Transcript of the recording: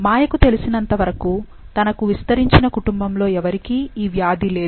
మాయకు తెలిసినంతవరకు తన విస్తరించిన కుటుంబములో ఎవరికీ ఈ వ్యాధి లేదు